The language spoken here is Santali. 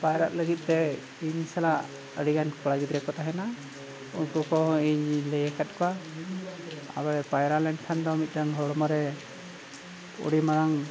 ᱯᱟᱭᱨᱟᱜ ᱞᱟᱹᱜᱤᱫᱼᱛᱮ ᱤᱧ ᱥᱟᱞᱟᱜ ᱟᱹᱰᱤᱜᱟᱱ ᱠᱚᱲᱟ ᱜᱤᱫᱽᱨᱟᱹ ᱠᱚ ᱛᱟᱦᱮᱱᱟ ᱩᱱᱠᱩ ᱠᱚᱦᱚᱸ ᱤᱧ ᱞᱟᱹᱭ ᱟᱠᱟᱫ ᱠᱚᱣᱟ ᱟᱵᱚ ᱯᱟᱭᱨᱟ ᱞᱮᱱᱠᱷᱟᱱ ᱫᱚ ᱢᱤᱫᱴᱟᱝ ᱦᱚᱲᱢᱚᱨᱮ ᱟᱹᱰᱤ ᱢᱟᱨᱟᱝ